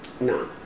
no